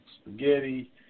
spaghetti